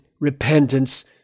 repentance